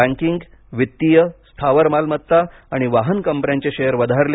banking वित्तीय स्थावर मालमत्ता आणि वाहन कंपन्यांचे शेअर वधारले